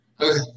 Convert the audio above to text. Okay